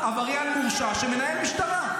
עבריין מורשע שמנהל משטרה.